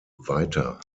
weiter